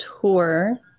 tour